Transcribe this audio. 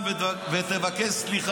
חבר הכנסת קריב.